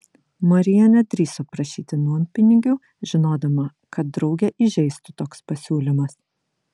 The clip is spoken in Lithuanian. marija nedrįso prašyti nuompinigių žinodama kad draugę įžeistų toks pasiūlymas